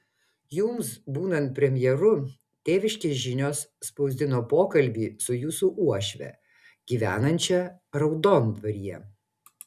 jums būnant premjeru tėviškės žinios spausdino pokalbį su jūsų uošve gyvenančia raudondvaryje